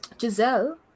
Giselle